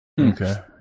Okay